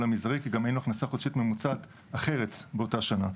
המזערי כי גם אין לו הכנסה חודשית ממוצעת אחרת באותה שנה.